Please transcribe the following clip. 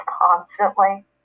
constantly